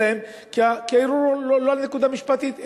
כי הערעור הוא לא על נקודה משפטית,